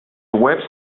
webs